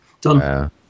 done